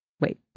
Wait